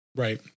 right